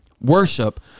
worship